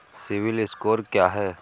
CIBIL score क्या है?